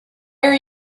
are